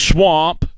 Swamp